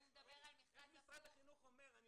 אם הוא מדבר על מכרז הפוך -- אם משרד החינוך אומר אני